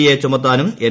A ചുമത്താനും N